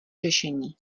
řešení